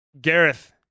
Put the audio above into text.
Gareth